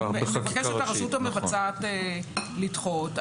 מבקשת הרשות המבצעת לשנות,